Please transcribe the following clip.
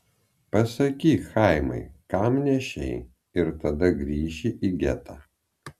pasakyk chaimai kam nešei ir tada grįši į getą